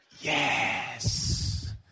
yes